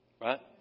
Right